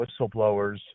whistleblowers